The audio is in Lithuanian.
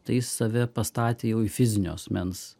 tai jis save pastatė jau į fizinio asmens